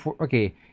okay